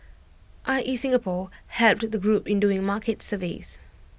I E Singapore helped the group in doing market surveys